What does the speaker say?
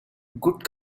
good